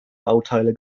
bauteile